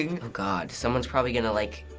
yeah oh god, someone's probably gonna like.